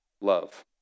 love